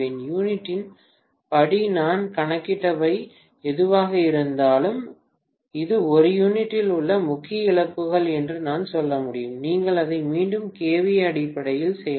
யூனிட்டின் படி நான் கணக்கிட்டவை எதுவாக இருந்தாலும் இது ஒரு யூனிட்டில் உள்ள முக்கிய இழப்புகள் என்று நான் சொல்ல முடியும் நீங்கள் அதை மீண்டும் kVA அடிப்படையில் செய்யலாம்